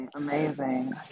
Amazing